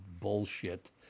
bullshit